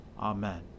Amen